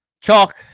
chalk